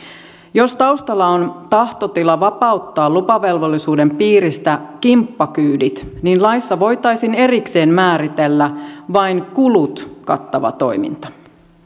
jos taustalla on tahtotila vapauttaa lupavelvollisuuden piiristä kimppakyydit niin laissa voitaisiin erikseen määritellä vain kulut kattava toiminta